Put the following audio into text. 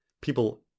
people